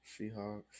Seahawks